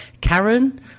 Karen